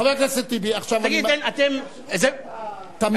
חבר הכנסת טיבי, עכשיו, תגיד, אתם, זה מרגש